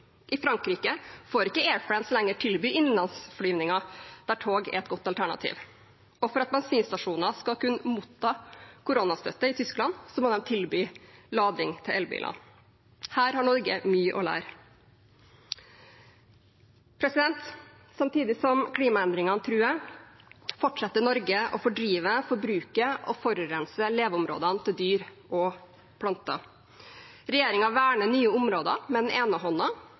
I Frankrike får ikke Air France lenger tilby innenlandsflyvinger der tog er et godt alternativ, og for at bensinstasjoner skal kunne motta koronastøtte i Tyskland, må de tilby lading til elbilene. Her har Norge mye å lære. Samtidig som klimaendringene truer, fortsetter Norge å fordrive, forbruke og forurense leveområdene til dyr og planter. Regjeringen verner nye områder med